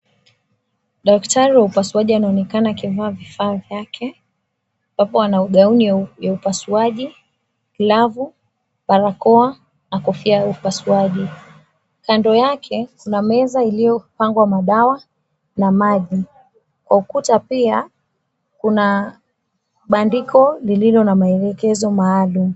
Daktari wa upasuaji anaonekana akivaa vifaa vyake, ambapo ana ugauni ya upasuaji, glavu, barakoa na kofia upasuaji. Kando yake kuna meza iliyopangwa madawa na maji. Kwa ukuta pia kuna bandiko lililo na maelekezo maalum.